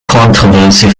controversy